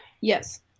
Yes